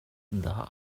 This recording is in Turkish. daha